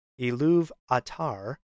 Iluvatar